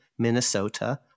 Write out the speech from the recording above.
Minnesota